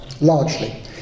largely